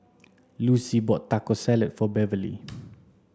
Lucie bought Taco Salad for Beverley